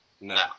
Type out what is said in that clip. No